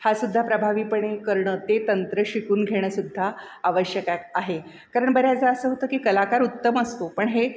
हा सुद्धा प्रभावीपणे करणं ते तंत्र शिकून घेणं सुद्धा आवश्यक आ आहे कारण बऱ्याचदा असं होतं की कलाकार उत्तम असतो पण हे